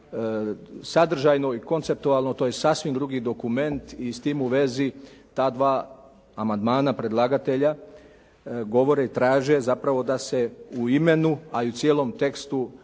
sadržajno i konceptualno to je sasvim drugi dokument i s tim u vezi ta dva amandmana predlagatelja, govore i traže zapravo da se u imenu, a i u cijelom tekstu